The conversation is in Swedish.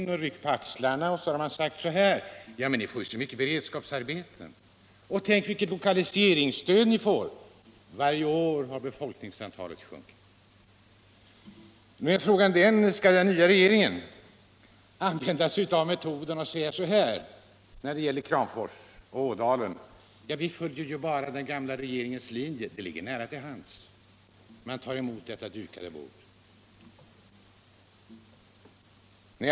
Då har man bara ryckt på axlarna och sagt: Ja, men ni får ju så mycket beredskapsarbete, och tänk på vilket lokaliseringsstöd ni får! Men varje år har befolkningstalet sjunkit. Nu är frågan, om den nya regeringen skall använda sig av samma metod när det gäller Kramfors och Ådalen som den gamla och säga att den bara följer den gamla regeringens linje. Det ligger ju nära till hands när man tar emot detta ”dukade bord”.